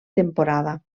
temporada